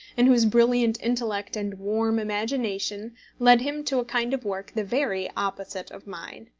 and whose brilliant intellect and warm imagination led him to a kind of work the very opposite of mine.